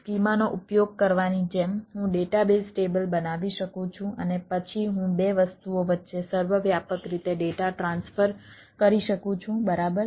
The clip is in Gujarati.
સ્કીમાનો ઉપયોગ કરવાની જેમ હું ડેટાબેઝ ટેબલ બનાવી શકું છું અને પછી હું બે વસ્તુઓ વચ્ચે સર્વવ્યાપક રીતે ડેટા ટ્રાન્સફર કરી શકું છું બરાબર